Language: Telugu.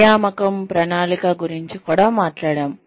నియామకం ప్రణాళిక గురించి మాట్లాడాము